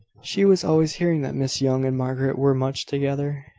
she was always hearing that miss young and margaret were much together,